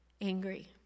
angry